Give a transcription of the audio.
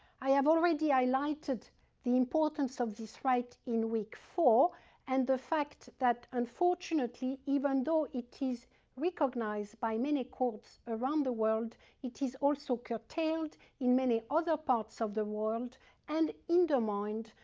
i have already highlighted the importance of this right in week four and the fact that, unfortunately, even though it is recognized by many courts around the world it is also curtailed in many other parts of the world and in the mind,